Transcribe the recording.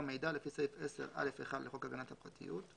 מידע לפי סעיף 10(א)(1) לחוק הגנת הפרטיות,